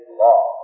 law